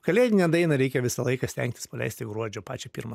kalėdinę dainą reikia visą laiką stengtis paleisti gruodžio pačią pirmą